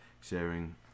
sharing